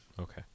Okay